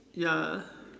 ya